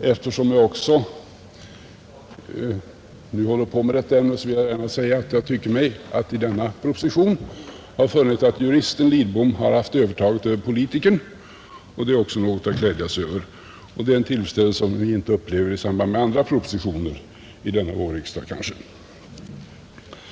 Eftersom jag också nu sysslar med detta ämne vill jag gärna säga att jag tycker mig i denna proposition ha funnit att juristen Lidbom har haft övertaget över politikern, och det är också något att glädja sig över. Det är en tillfredsställelse som vi kanske inte upplever i samband med andra propositioner vid denna vårriksdag.